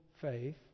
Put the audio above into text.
faith